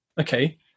okay